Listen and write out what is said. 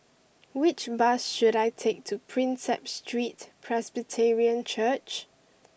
which bus should I take to Prinsep Street Presbyterian Church